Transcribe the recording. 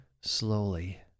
slowly